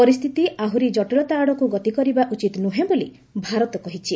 ପରିସ୍ଥିତି ଆହୁରି ଜଟିଳତା ଆଡ଼କୁ ଗତି କରିବା ଉଚିତ୍ ନୁହେଁ ବୋଲି ଭାରତ କହିଛି